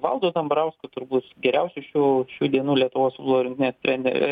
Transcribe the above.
valdu dambrausku turbūt geriausiu šių dienų lietuvos futbolo rinktinės trene